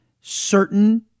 certain